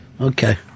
Okay